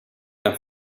and